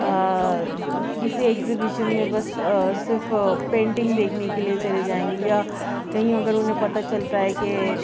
کسی ایگزیبیشن میں بس صرف پینٹینگ دیکھنے کے لیے چلی جائیں گی یا کہیں اگر انہیں پتا چلتا ہے کہ